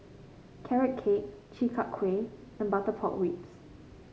Carrot Cake Chi Kak Kuih and Butter Pork Ribs